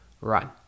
run